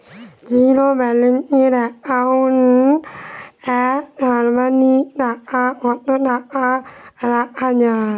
Zero balance account এ সর্বাধিক কত টাকা রাখা য়ায়?